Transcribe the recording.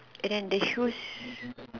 and then the shoes